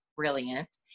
Brilliant